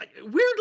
weirdly